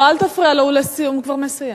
לא, אל תפריע לו, הוא כבר מסיים.